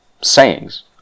sayings